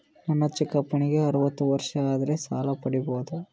ನನ್ನ ಚಿಕ್ಕಪ್ಪನಿಗೆ ಅರವತ್ತು ವರ್ಷ ಆದರೆ ಸಾಲ ಪಡಿಬೋದ?